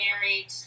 married